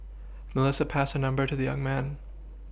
Melissa passed her number to the young man